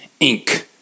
Inc